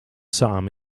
sam